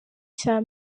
cya